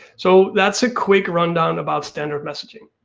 so that's a quick rundown about standard messaging.